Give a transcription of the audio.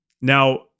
Now